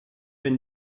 wenn